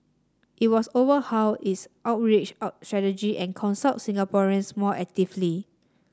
it was overhaul its outreach out strategy and consult Singaporeans more actively